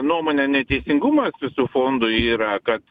nuomone neteisingumas visų fondų yra kad